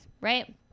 right